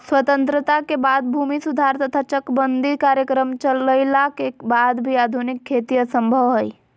स्वतंत्रता के बाद भूमि सुधार तथा चकबंदी कार्यक्रम चलइला के वाद भी आधुनिक खेती असंभव हई